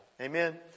Amen